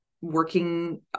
working